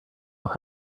will